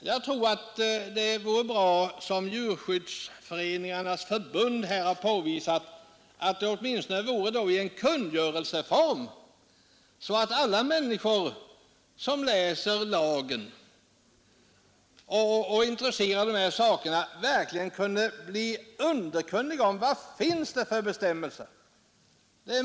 Jag tror att det vore bra som Sveriges djurskyddsföreningars riksförbund har påvisat om meddelandena åtminstone lämnades i kungörelseform, så att alla människor som läser lagen och är intresserade av dessa saker verkligen kunde bli underkunniga om vad det finns för bestämmelser.